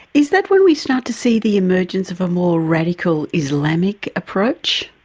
is that when we start to see the emergence of a more radical islamic approach?